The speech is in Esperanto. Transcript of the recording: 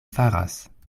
faras